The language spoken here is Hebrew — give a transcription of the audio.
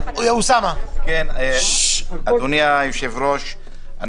אדוני היושב-ראש,